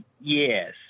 Yes